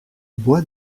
bois